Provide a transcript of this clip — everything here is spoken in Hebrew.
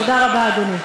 תודה רבה, אדוני.